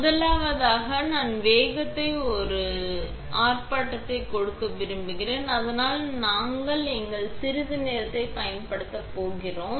முதலாவதாக நான் வேகத்தை ஒரு ஆர்ப்பாட்டத்தை கொடுக்க விரும்புகிறேன் அதனால் நான் எங்கள் சிறிய நேரத்தை பயன்படுத்தப் போகிறேன்